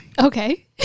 Okay